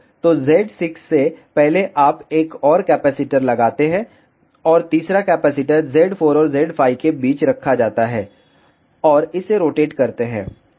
तो Z6 से पहले आप एक और कपैसिटर लगाते हैं और तीसरा कपैसिटर Z4 और Z5 के बीच रखा जाता है और इसे रोटेट करते हैं